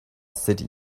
city